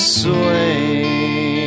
swing